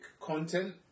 content